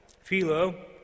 philo